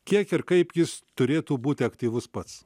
kiek ir kaip jis turėtų būti aktyvus pats